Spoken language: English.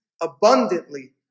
abundantly